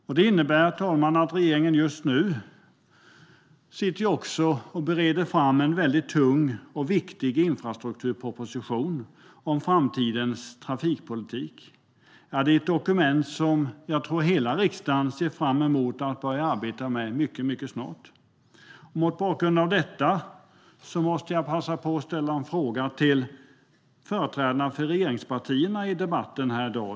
Just nu bereder regeringen en väldigt tung och viktig infrastrukturproposition om framtidens trafikpolitik. Det är ett dokument som jag tror att hela riksdagen ser fram emot att börja arbeta med mycket snart. Mot bakgrund av detta måste jag passa på att ställa en fråga till företrädarna för regeringspartierna i debatten här i dag.